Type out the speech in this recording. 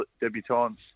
debutantes